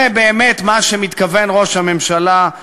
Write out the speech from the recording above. זה באמת מה שמתכוון ראש הממשלה,